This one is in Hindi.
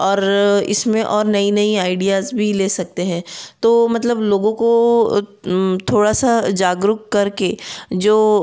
और इस में और नई नई आइडियाज़ भी ले सकते हैं तो मतलब लोगों को थोड़ा सा जागरूक कर के जो